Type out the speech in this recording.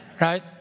Right